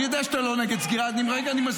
אני יודע שאתה לא נגד סגירה, אני מסביר.